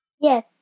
Yes